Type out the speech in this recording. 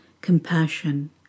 compassion